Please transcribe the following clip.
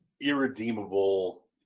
irredeemable